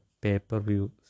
pay-per-view